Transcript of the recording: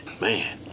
Man